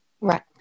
Right